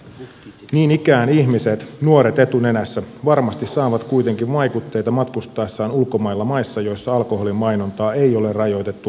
niin ikään ihmiset nuoret etunenässä varmasti saavat kuitenkin vaikutteita matkustaessaan ulkomailla maissa joissa alkoholimainontaa ei ole rajoitettu lainkaan